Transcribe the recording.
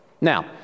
Now